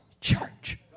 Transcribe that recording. church